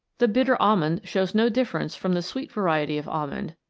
the bitter almond shows no difference from the sweet variety of almond,